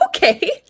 Okay